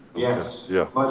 yeah. yeah.